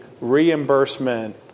reimbursement